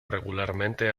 regularmente